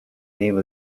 name